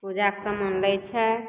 पूजाके सामान लै छै